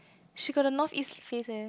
she got the North East face eh